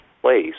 place